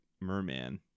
Merman